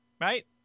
right